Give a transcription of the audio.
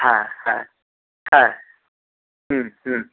হ্যাঁ হ্যাঁ হ্যাঁ হুম হুম